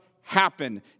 happen